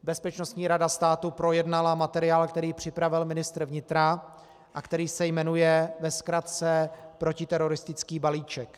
Bezpečnostní rada státu projednala materiál, který připravil ministr vnitra a který se jmenuje ve zkratce protiteroristický balíček.